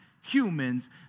humans